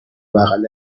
بغل